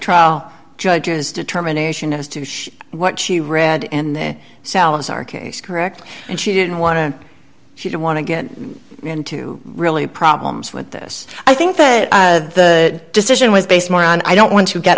trial judge's determination as to what she read in the salazar case correct and she didn't want to she didn't want to get into really problems with this i think that the decision was based more on i don't want to get